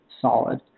solid